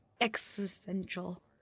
existential